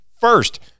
first